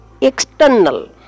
external